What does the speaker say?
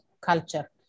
culture